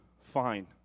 fine